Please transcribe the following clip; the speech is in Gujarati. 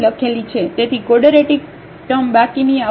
તેથી કોડરેટીક તમ બાકીની આવશે